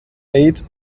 ate